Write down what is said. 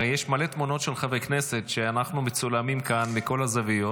הרי יש מלא תמונות של חברי כנסת שאנחנו מצולמים כאן מכל הזוויות.